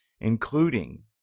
including